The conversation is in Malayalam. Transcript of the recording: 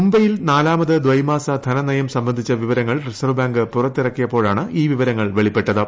മുംബെയിൽ നാലാമത് ദ്വൈമാസ ധനനയം സംബന്ധിച്ച വിവരങ്ങൾ റിസർവ് ബാങ്ക് പുറത്തിറക്കിയപ്പോഴാണ് ഈ വിവരങ്ങൾ വെളിപ്പെട്ടത്